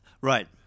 Right